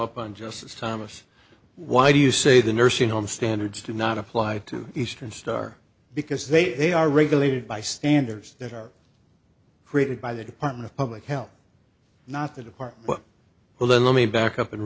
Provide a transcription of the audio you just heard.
up on justice thomas why do you say the nursing home standards do not apply to eastern star because they are regulated by standards that are created by the department of public health not the department who let me back up and